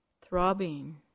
throbbing